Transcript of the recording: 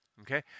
Okay